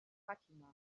fatima